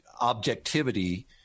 objectivity